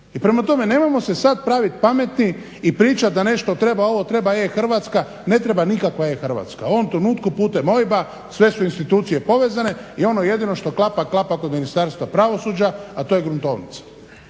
I prema tome nemojmo se sada praviti pametni i pričati da nešto treba ovo treba e-Hrvatska, ne treba nikakva e-Hrvatska. U ovom trenutku putem OIB-a sve su institucije povezane i ono jedino što klapa klapa kod Ministarstva pravosuđa a to je gruntovnica